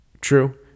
True